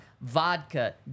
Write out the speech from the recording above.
vodka